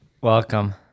welcome